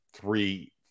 three